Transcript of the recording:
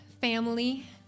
family